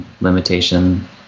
limitation